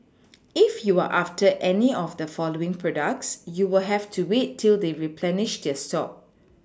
if you're after any of the following products you'll have to wait till they replenish their stock